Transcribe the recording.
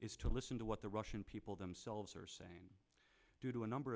is to listen to what the russian people themselves are saying due to a number